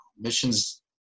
missions